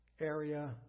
area